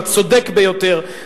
הצודק ביותר,